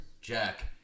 Jack